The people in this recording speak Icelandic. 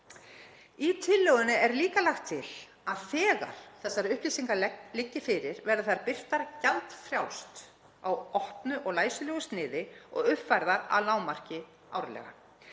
Í tillögunni er líka lagt til að þegar þessar upplýsingar liggi fyrir verða þær birtar gjaldfrjálst á opnu og læsilegu sniði og uppfærðar að lágmarki árlega.